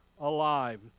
alive